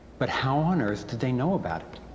but how on earth did they know about it?